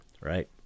right